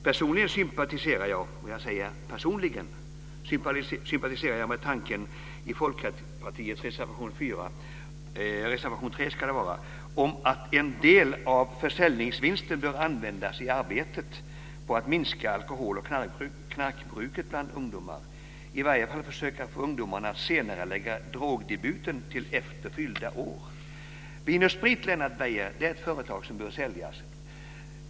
Personligen sympatiserar jag - observera: personligen - med tanken i Folkpartiets reservation 4 om att en del av försäljningsvinsten bör användas i arbetet med att minska alkohol och knarkbruket bland ungdomar. I varje fall bör man försöka få ungdomarna att senarelägga drogdebuten till efter fyllda 18 år. Vin & Sprit, Lennart Beijer, är ett företag som bör säljas.